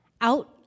out